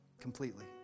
completely